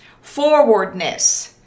forwardness